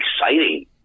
exciting